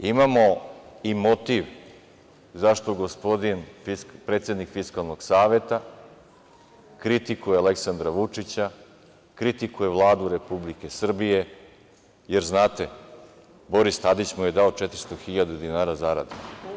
E sad, imamo i motiv zašto gospodin predsednik Fiskalnog saveta kritikuje Aleksandra Vučića, kritikuje Vladu Republike Srbije, jer, znate, Boris Tadić mu je dao 400.000 dinara zarade.